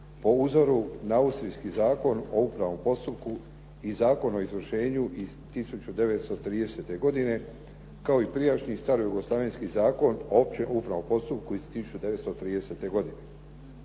po uzoru na austrijski Zakon o upravnom postupku i Zakon o izvršenju iz 1930. godine kao i prijašnji starojugoslavenski Zakon o općem upravnom postupku iz 1930. godine.